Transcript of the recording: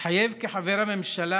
מתחייב כחבר הממשלה